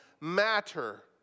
matter